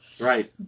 Right